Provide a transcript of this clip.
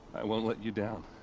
i won't let you down.